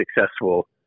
successful